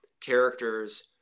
characters